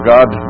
God